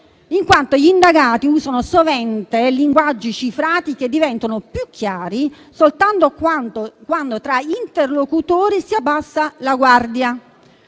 in quanto gli indagati usano sovente linguaggi cifrati che diventano più chiari soltanto quando tra interlocutori si abbassa la guardia.